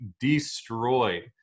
destroyed